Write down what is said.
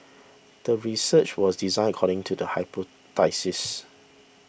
the research was designed according to the hypothesis